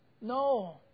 No